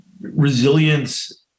resilience